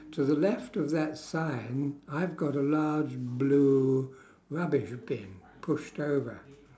to the left of that sign I've got a large blue rubbish bin pushed over